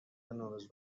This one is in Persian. نوروز